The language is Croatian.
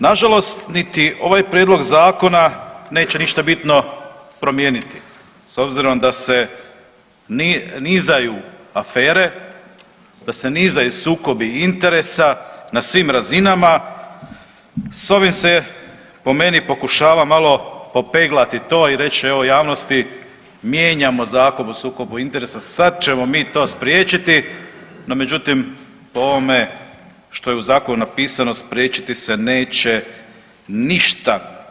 Nažalost niti ovaj prijedlog zakona neće ništa bitno promijeniti, s obzirom da se nizaju afere, da se nizaju sukobi interesa na svim razinama s ovim se, po meni pokušava malo popeglati to i reći, evo, javnosti, mijenjamo Zakon o sukobu interesa, sad ćemo mi to spriječiti, no međutim, po ovome što je u Zakonu napisano, spriječiti se neće ništa.